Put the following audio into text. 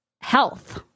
health